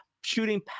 shooting